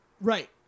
Right